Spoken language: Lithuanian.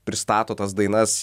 pristato tas dainas